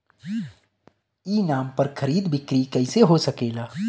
ई नाम पर खरीद बिक्री कैसे हो सकेला?